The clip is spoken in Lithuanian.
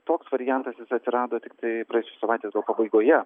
toks variantas jis atsirado tiktai prieš savaitės gal pabaigoje